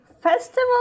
festival